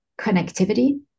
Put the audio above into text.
connectivity